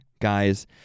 guys